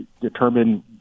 determine